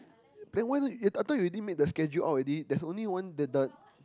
then why don't I thought you already made the schedule out already there is only one that the